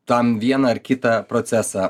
tam vieną ar kitą procesą